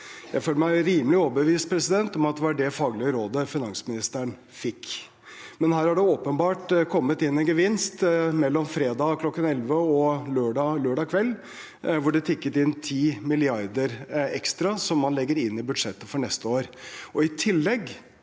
Jeg føler meg rimelig overbevist om at det var det faglige rådet finansministeren fikk, men her har det åpenbart kommet inn en gevinst mellom fredag kl. 11 og lørdag kveld, hvor det tikket inn 10 mrd. kr ekstra som man legger inn i budsjettet for neste år. I tillegg